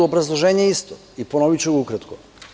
Obrazloženje je isto i ponoviću ukratko.